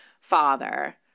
father